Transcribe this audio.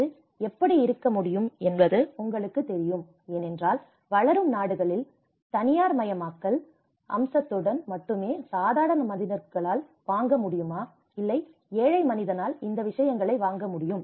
அது எப்படி இருக்க முடியும் என்பது உங்களுக்குத் தெரியும் ஏனென்றால் வளரும் நாடுகளில் தனியார்மயமாக்கல் அம்சத்துடன் மட்டுமே சாதாரண மனிதர்களால் வாங்க முடியுமா இல்லை ஏழை மனிதனால் இந்த விஷயங்களை வாங்க முடியும்